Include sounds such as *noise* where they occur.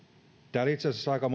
täällä itse asiassa aika *unintelligible*